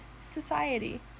society